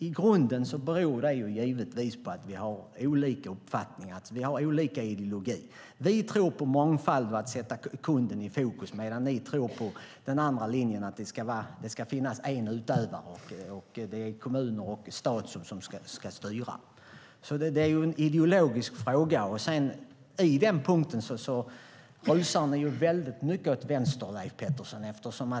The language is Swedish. I grunden beror det givetvis på att vi har olika uppfattningar och ideologier. Vi tror på mångfald och att sätta kunden i fokus, medan ni tror på den andra linjen, att det ska finnas en utövare och att det är kommuner och stat som ska styra. Det är en ideologisk fråga. På denna punkt rusar ni väldigt mycket åt vänster, Leif Pettersson.